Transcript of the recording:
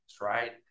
right